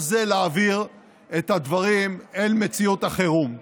זה להעביר את דברים אל מציאות החירום.